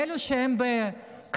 אלו שהם בקרבי,